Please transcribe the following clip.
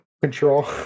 Control